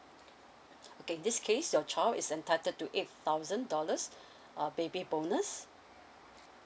okay this case your child is entitled to eight thousand dollars uh baby bonus